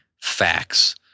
facts